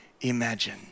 imagine